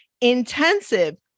intensive